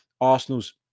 Arsenal's